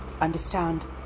understand